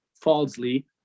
falsely